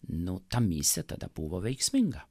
nu ta misija tada buvo veiksminga